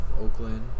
Oakland